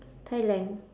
Thailand